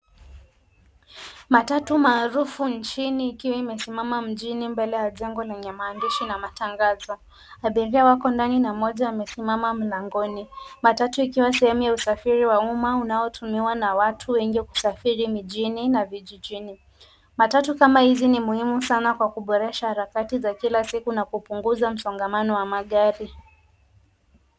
Matatu maarufu nchini ikiwa imesimama mjini mbele ya jengo lenye maandishi na matangazo. Abiria wako ndani na mmoja amesimama mlangoni. Matatu ikiwa sehemu ya usafiri wa umma unaotumiwa na watu wengi kusafiri mijini na vijijini. Matatu kama hizi ni muhimu sana kwa kuboresha harakati za kila siku na kupunguza msongamano wa magari.